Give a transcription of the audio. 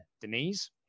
Denise